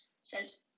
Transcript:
says